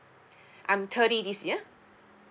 I'm thirty this year